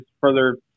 further